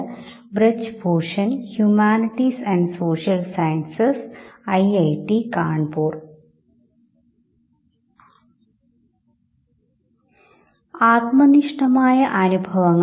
ഈ സന്ദർഭത്തിൽ വളരെ രസകരമായ ഒരു പരീക്ഷണത്തെക്കുറിച്ച് നടത്തിയ രസകരമായ ഒരു പരീക്ഷണത്തെ സൂചിപ്പിച്ചുകൊണ്ടാണ് ഞാൻ ആരംഭിക്കാൻ പോകുന്നത്